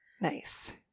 nice